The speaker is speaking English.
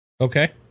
Okay